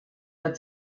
der